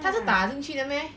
它是打进去的 meh